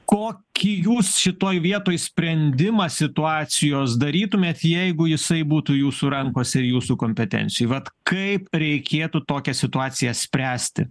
kokį jūs šitoj vietoj sprendimą situacijos darytumėt jeigu jisai būtų jūsų rankose ir jūsų kompetencijoj vat kaip reikėtų tokią situaciją spręsti